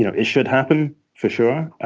you know it should happen for sure.